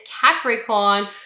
Capricorn